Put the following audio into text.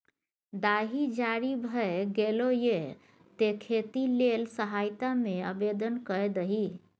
दाही जारी भए गेलौ ये तें खेती लेल सहायता मे आवदेन कए दही